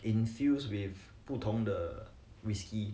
infused with 不同的 whisky